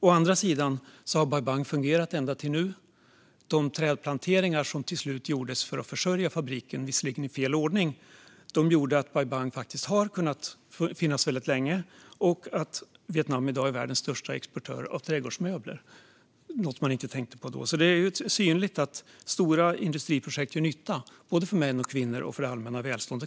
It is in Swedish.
Bai Bang har fungerat ända till nu. De trädplanteringar som till slut gjordes för att försörja fabriken, visserligen i fel ordning, gjorde att Bai Bang faktiskt har kunnat finnas väldigt länge och till att Vietnam i dag är världens största exportör av trädgårdsmöbler, vilket var något man inte tänkte på då. Det är alltså tydligt att stora industriprojekt gör nytta för både män och kvinnor och för det allmänna välståndet.